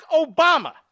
Obama